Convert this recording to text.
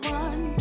one